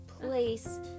place